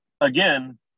again